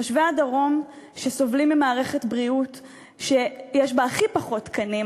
תושבי הדרום שסובלים ממערכת בריאות שיש בה הכי פחות תקנים,